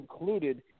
included